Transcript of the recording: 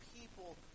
people